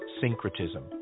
syncretism